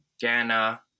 Ghana